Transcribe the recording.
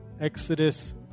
Exodus